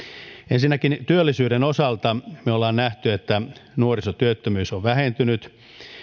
ensinnäkin työllisyyden osalta me olemme nähneet että nuorisotyöttömyys on vähentynyt